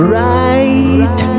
right